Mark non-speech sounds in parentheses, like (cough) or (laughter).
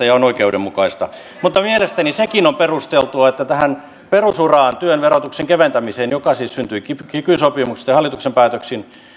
(unintelligible) ja on oikeudenmukaista mutta mielestäni sekin on perusteltua että tähän perusuraan työn verotuksen keventämiseen joka siis syntyi kiky sopimuksesta ja hallituksen päätöksin